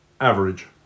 average